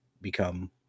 become